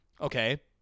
Okay